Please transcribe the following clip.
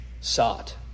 sought